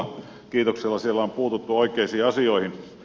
siellä on puututtu oikeisiin asioihin